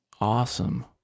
Awesome